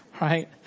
right